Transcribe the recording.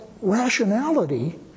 rationality